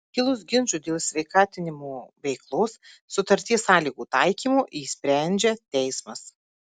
kilus ginčui dėl sveikatinimo veiklos sutarties sąlygų taikymo jį sprendžia teismas